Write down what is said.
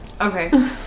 Okay